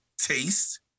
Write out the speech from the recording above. taste